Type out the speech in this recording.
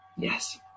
Yes